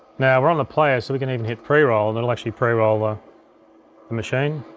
now we're on the player, so we can even hit preroll, and it'll actually preroll ah the machine.